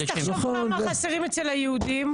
אז תחשוב כמה חסרים אצל היהודים.